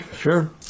sure